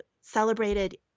celebrated